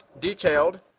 detailed